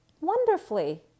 wonderfully